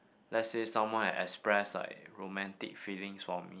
let's say someone express like romantic feelings for me